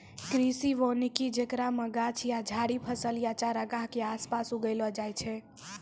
कृषि वानिकी जेकरा मे गाछ या झाड़ि फसल या चारगाह के आसपास उगैलो जाय छै